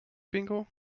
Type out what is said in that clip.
bingo